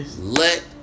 let